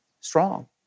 Strong